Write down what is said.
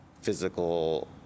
physical